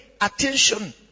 attention